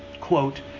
Quote